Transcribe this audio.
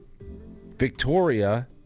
Victoria